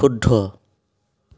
শুদ্ধ